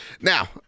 Now